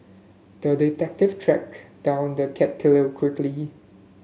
the detective tracked down the cat killer quickly